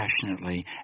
passionately